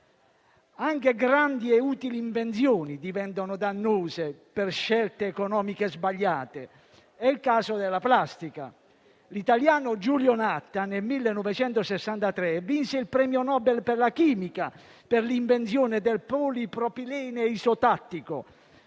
Anche grandi e utili invenzioni diventano dannose per scelte economiche sbagliate. È il caso della plastica. L'italiano Giulio Natta nel 1963 vinse il premio Nobel per la chimica per l'invenzione del polipropilene isotattico.